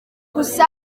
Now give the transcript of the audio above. gusa